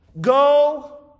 Go